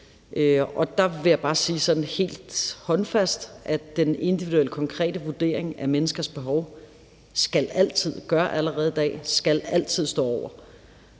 og der vil jeg bare sige sådan helt håndfast, at den individuelle, konkrete vurdering af menneskers behov altid skal stå øverst,